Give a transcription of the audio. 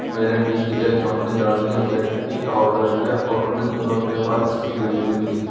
मैंने T G L company Darjeeling black tea का order दिया और उन्नीस दिनों के बाद इसकी डिलीवरी मिली